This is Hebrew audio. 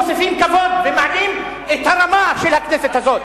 מוסיפים כבוד ומעלים את הרמה של הכנסת הזאת.